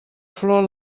flor